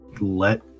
let